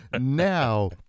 Now